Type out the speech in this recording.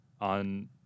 on